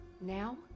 Now